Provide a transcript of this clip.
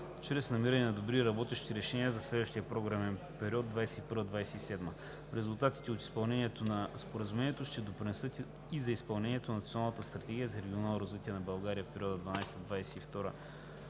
чрез намиране на добри и работещи решения за следващия програмен период 2021 – 2027 г. Резултатите от изпълнението на Споразумението ще допринесат и за изпълнението на Националната стратегия за регионално развитие на България за периода 2012